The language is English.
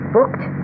Booked